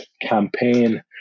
campaign